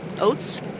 Oats